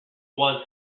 was